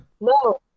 No